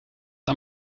aan